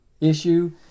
issue